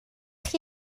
chi